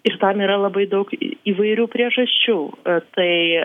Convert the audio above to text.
ir tam yra labai daug įvairių priežasčių tai